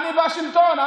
אני בשלטון,